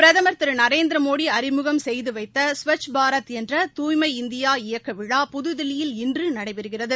பிரதமா் திருநரேந்திரமோடிஅறிமுகம் செய்துவைத்த ஸ்வச் பாரத் என்ற தூய்மை இந்தியா இயக்கவிழா புதுதில்லியில் இன்றுநடைபெறுகிறது